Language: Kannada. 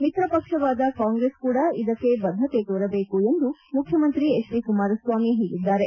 ಮಿತ್ರ ಪಕ್ಷವಾದ ಕಾಂಗ್ರೆಸ್ ಕೂಡ ಇದಕ್ಕೆ ಬದ್ಧತೆ ತೋರಬೇಕು ಎಂದು ಮುಖ್ಯಮಂತ್ರಿ ಎಚ್ ಡಿ ಕುಮಾರಸ್ವಾಮಿ ಹೇಳಿದ್ದಾರೆ